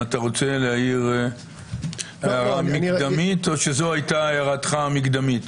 אם אתה רוצה להעיר הערה מקדמית או שזאת הייתה הערתך המקדמית.